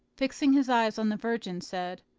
fixing his eyes on the virgin, said,